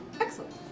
Excellent